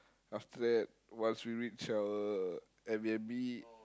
after that once we reach our air-B_N_B